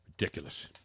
Ridiculous